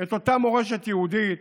את אותה מורשת יהודית,